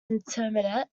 intermediate